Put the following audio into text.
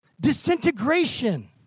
disintegration